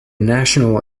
national